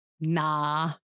nah